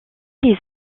les